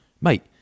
Mate